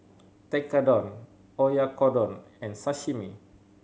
Tekkadon Oyakodon and Sashimi